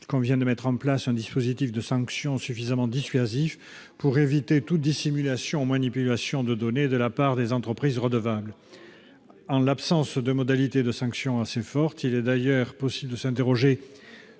il convient de mettre en place un dispositif de sanctions suffisamment dissuasif pour éviter toute dissimulation ou manipulation de données de la part des entreprises redevables. En l'absence de modalités de sanctions assez fortes, il est permis de s'interroger